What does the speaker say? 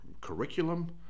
curriculum